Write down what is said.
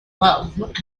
loved